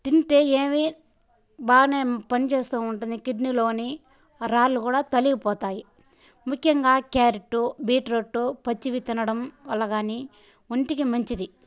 తింటే ఏమి బాగానే పనిచేస్తూ ఉంటుంది కిడ్నీలోని రాళ్లు కూడా తొలగిపోతాయి ముఖ్యంగా క్యారెట్టు బీట్రూట్ పచ్చివి తినడం వల్ల కానీ ఒంటికి మంచిది